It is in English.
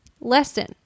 lesson